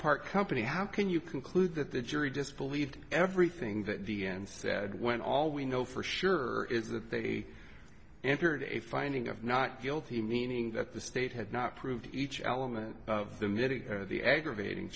part company have can you conclude that the jury just believed everything that the end said when all we know for sure is that they entered a finding of not guilty meaning that the state had not proved each element of the middle of the aggravating